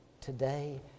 today